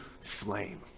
flame